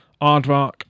Aardvark